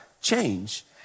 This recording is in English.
change